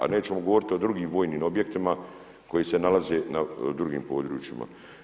A nećemo govoriti o drugim vojnim objektima koji se nalaze na drugim područjima.